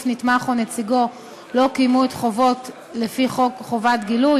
נתמך או נציגו לא קיימו את החובות לפי חוק חובת גילוי,